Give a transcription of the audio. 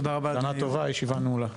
שנה טובה, הישיבה נעולה.